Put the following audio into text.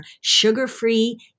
sugar-free